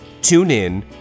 TuneIn